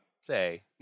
say